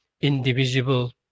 indivisible